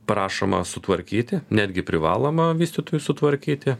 prašoma sutvarkyti netgi privaloma vystytojų sutvarkyti